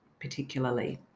particularly